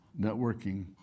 networking